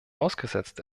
ausgesetzt